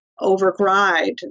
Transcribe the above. override